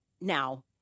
Now